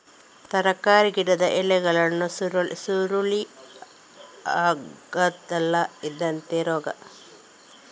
ತರಕಾರಿ ಗಿಡದ ಎಲೆಗಳು ಸುರುಳಿ ಆಗ್ತದಲ್ಲ, ಇದೆಂತ ರೋಗ?